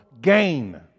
gain